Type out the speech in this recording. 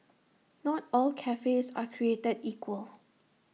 not all cafes are created equal